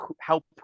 help